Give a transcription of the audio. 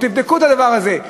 תבדקו את הדבר הזה.